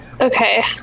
okay